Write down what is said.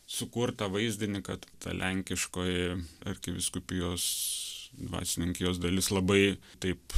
sukurtą vaizdinį kad ta lenkiškoji arkivyskupijos dvasininkijos dalis labai taip